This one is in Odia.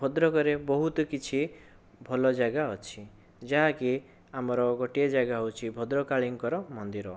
ଭଦ୍ରକରେ ବହୁତ କିଛି ଭଲ ଜାଗା ଅଛି ଯାହାକି ଆମର ଗୋଟିଏ ଜାଗା ହେଉଛି ଭଦ୍ରକାଳୀଙ୍କର ମନ୍ଦିର